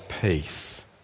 peace